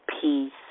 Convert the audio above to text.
peace